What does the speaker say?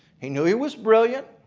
he knew he was brilliant.